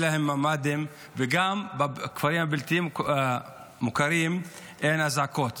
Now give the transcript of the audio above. אין להם ממ"דים וגם בכפרים הבלתי-מוכרים אין אזעקות.